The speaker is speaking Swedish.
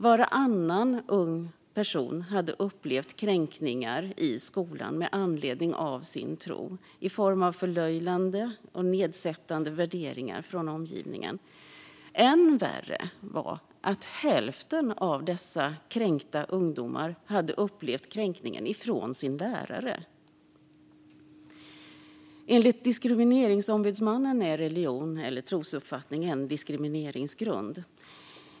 Varannan ung person hade upplevt kränkningar i skolan med anledning av sin tro i form av förlöjligande och nedsättande värderingar från omgivningen. Än värre var att hälften av dessa kränkta ungdomar hade upplevt kränkningen från sin lärare. Enligt Diskrimineringsombudsmannen är religion eller trosuppfattning en diskrimineringsgrund.